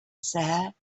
said